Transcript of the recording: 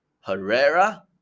Herrera